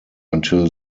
until